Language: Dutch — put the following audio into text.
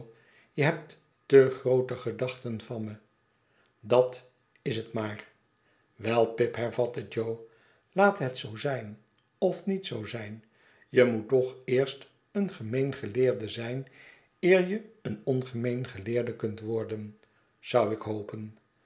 je hebt te groote gedachten van me dat is het maar wel pip hervatte jo laathet zoozijn of niet zoo zijn je moet toch eerst een gemeen geleerde zijn eer je een ongemeen geleerde kunt worden zou ik hopen